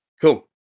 Cool